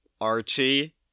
archie